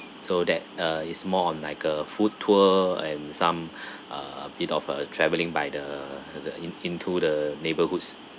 so that uh is more on like a food tour and some err bit of uh travelling by the the in into the neighborhoods